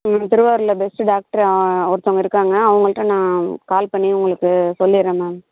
ம் திருவாரூரில் பெஸ்ட்டு டாக்டராக ஒருத்தங்க இருக்காங்க அவங்கள்ட்ட நான் கால் பண்ணி உங்களுக்குச் சொல்லிடுறேன் மேம்